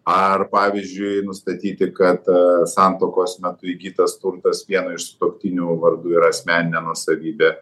ar pavyzdžiui nustatyti kad santuokos metu įgytas turtas vieno iš sutuoktinių vardų yra asmeninė nuosavybė